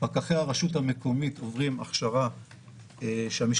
פקחי הרשות המקומית עוברים הכשרה שהמשטרה